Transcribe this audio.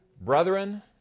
Brethren